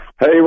Hey